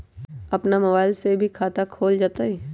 अपन मोबाइल से भी खाता खोल जताईं?